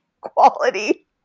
quality